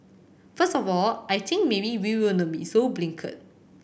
first of all I think maybe we will not be so blinkered